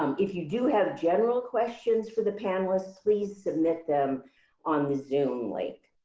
um if you do have general questions for the panelists, please submit them on the zoom link.